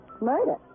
Murder